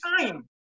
time